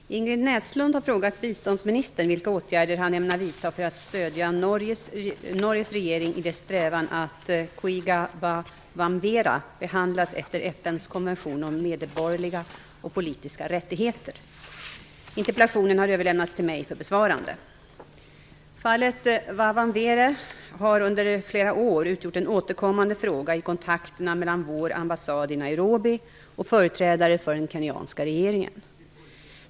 Fru talman! Ingrid Näslund har frågat biståndsministern vilka åtgärder han ämnar vidta för att stödja Norges regering i dess strävan att Koigi Wa Wamwere behandlas efter FN:s konvention om medborgerliga och politiska rättigheter. Interpellationen har överlämnats till mig för besvarande. Fallet Wa Wamwere har under flera år utgjort en återkommande fråga i kontakterna mellan vår ambassad i Nairobi och företrädare för den kenyanska regeringen.